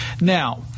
Now